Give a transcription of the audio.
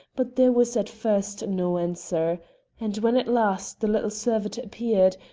but there was at first no answer and when at last the little servitor appeared,